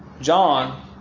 John